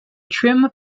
trim